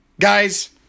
Guys